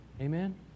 Amen